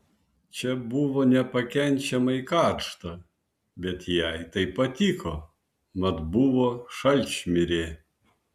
čia buvo nepakenčiamai karšta bet jai tai patiko mat buvo šalčmirė